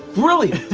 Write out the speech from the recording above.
really?